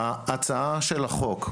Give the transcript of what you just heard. ההצעה של החוק,